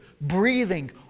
breathing